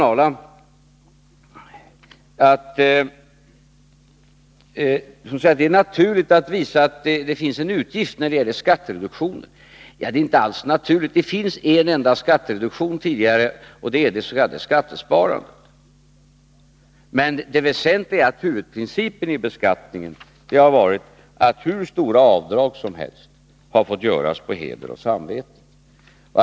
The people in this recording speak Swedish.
Karin Ahrland sade att det är naturligt att man visar att man har haft en utgift när man begär skattereduktion. Det är inte alls naturligt. Det finns en enda skattereduktion, och det är för det s.k. skattesparandet. Huvudprincipen vid beskattningen har varit att hur stora avdrag som helst fått göras på heder och samvete.